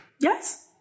Yes